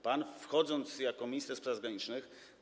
Pan, wchodząc jako minister spraw zagranicznych.